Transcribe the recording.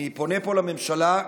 אני פונה פה לממשלה.